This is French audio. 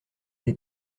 des